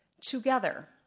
Together